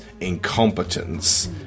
incompetence